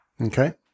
Okay